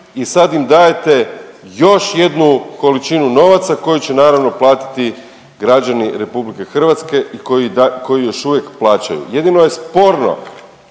i sad im dajete još jednu količinu novaca, koji će naravno, platiti građani RH i koji još uvijek plaćaju. Jedino je sporno,